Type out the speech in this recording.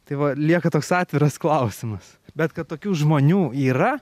tai va lieka toks atviras klausimas bet kad tokių žmonių yra